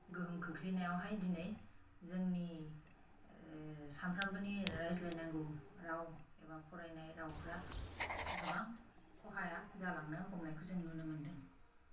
गोहोम खोख्लैनायावहाय दिनै जोंनि सामफ्रामबोनि रायज्लायनांगौ राव एबा फरायनाय रावफोरा गोबां खहाया जालांनो हमनायखौ जों नुनो मोनदों